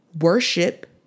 worship